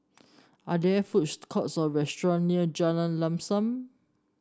are there food courts or restaurant near Jalan Lam Sam